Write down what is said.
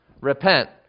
Repent